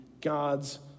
God's